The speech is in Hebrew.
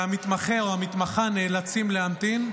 והמִתְמַחֶה או המִתְמַחָה נאלצים להמתין.